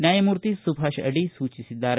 ನ್ಯಾಯಮೂರ್ತಿ ಸುಭಾಷ ಅಡಿ ಸೂಚಿಸಿದ್ದಾರೆ